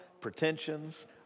pretensions